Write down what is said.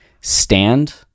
Stand